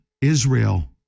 Israel